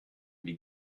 wie